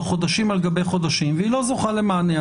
חודשים על גבי חודשים והיא לא זוכה למענה.